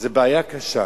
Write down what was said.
זו בעיה קשה.